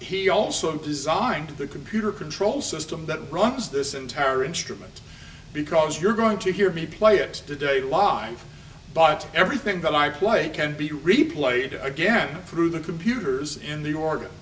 he also designed the computer control system that runs this entire instrument because you're going to hear me play it today line but everything that i play can be replayed again through the computers in the or